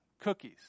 cookies